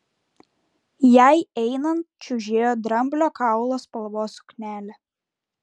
jai einant čiužėjo dramblio kaulo spalvos suknelė